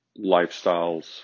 lifestyles